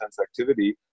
activity